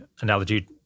analogy